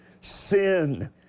sin